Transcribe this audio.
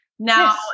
Now